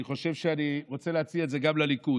אני רוצה להציע את זה גם לליכוד: